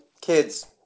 kids